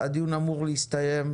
הדיון אמור להסתיים,